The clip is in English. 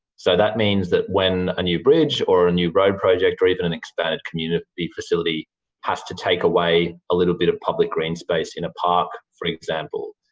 so, that means that when a new bridge or a new road project, or even an expanded community facility has to take away a little bit of public green space in a park, for example,